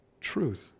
truth